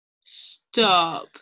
Stop